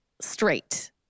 straight